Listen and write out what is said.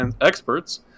experts